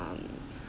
um